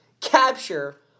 capture